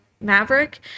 maverick